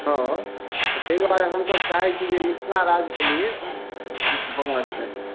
हँ ताहि दुआरे हमसब चाहैत छी जे मिथिला राज्यके लिए भ्रमण करी